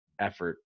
effort